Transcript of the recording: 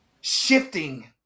shifting